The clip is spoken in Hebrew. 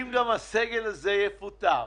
אם הסגל הזה יפוטר,